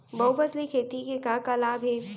बहुफसली खेती के का का लाभ हे?